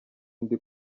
ndi